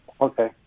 Okay